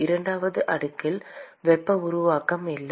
இரண்டாவது அடுக்கில் வெப்ப உருவாக்கம் இல்லை